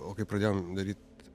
o kai pradėjom daryt